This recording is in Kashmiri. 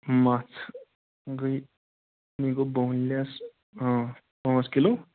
مَژھ گٔیے یہِ گوٚو بون لیٚیس پانٛژھ کلوٗ